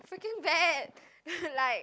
freaking bad like